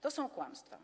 To są kłamstwa.